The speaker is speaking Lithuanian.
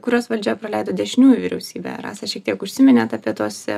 kuriuos valdžia praleido dešiniųjų vyriausybę rasa šiek tiek užsiminėt apie tuos